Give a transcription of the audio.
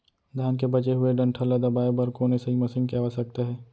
धान के बचे हुए डंठल ल दबाये बर कोन एसई मशीन के आवश्यकता हे?